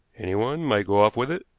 anyone might go off with it,